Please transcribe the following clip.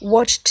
Watch